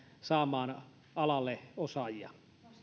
saamaan alalle osaajia